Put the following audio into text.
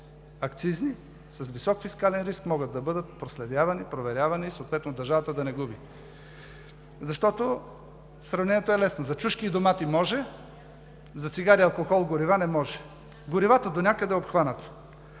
акцизни стоки с висок фискален риск могат да бъдат проследявани, проверявани и съответно държавата да не губи. Сравнението е лесно: за чушки и домати – може, за цигари, алкохол и горива – не може. Горивата донякъде са обхванати.